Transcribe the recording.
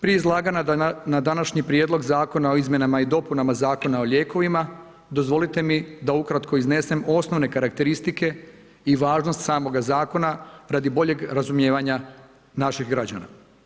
Prije izlaganja, na današnji prijedlog zakona o izmjenama i dopunama Zakona o lijekovima, dozvolite mi da ukratko iznesem osnovne karakteristike i važnost samoga zakona radi boljeg razumijevanja naših građana.